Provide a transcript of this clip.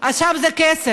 אז שם זה כסף,